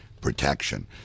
protection